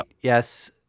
Yes